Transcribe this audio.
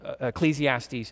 Ecclesiastes